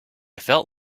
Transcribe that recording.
felt